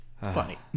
funny